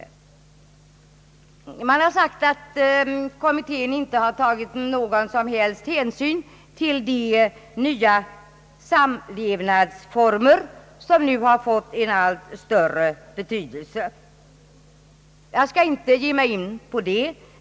Man har sagt att kommittén inte har tagit någon som helst hänsyn till de nya samlevnadsformer som nu har fått allt större betydelse. Jag skall inte ge mig in på det.